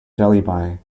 jellyby